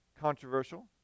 controversial